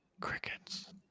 Crickets